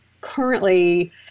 currently